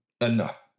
enough